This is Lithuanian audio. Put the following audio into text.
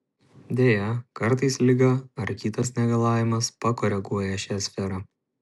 deja kartais liga ar kitas negalavimas pakoreguoja šią sferą